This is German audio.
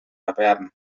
erwerben